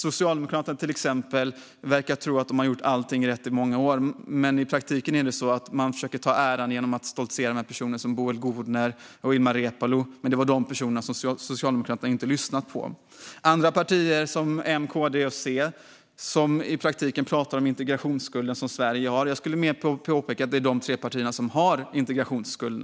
Socialdemokraterna verkar till exempel tro att de har gjort allting rätt i många år. I praktiken är det så att de försöker ta åt sig äran genom att stoltsera med personer som Boel Godner och Ilmar Reepalu, men det är dessa personer som Socialdemokraterna inte har lyssnat på. Andra partier som M, KD och C pratar om den integrationsskuld som Sverige har, men jag vill påpeka att det snarare är dessa tre partier som har en integrationsskuld.